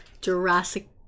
jurassic